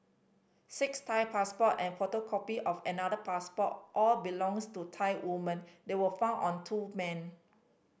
six Thai passport and a photocopy of another passport all belongs to Thai woman they were found on two men